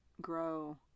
grow